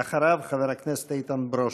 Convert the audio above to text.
ואחריו, חבר הכנסת איתן ברושי.